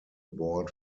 board